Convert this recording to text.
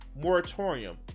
moratorium